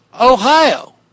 Ohio